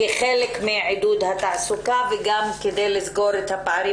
כחלק מעידוד התעסוקה וגם כדי לסגור את הפערים